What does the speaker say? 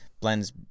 blends